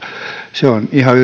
se on ihan